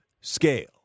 scale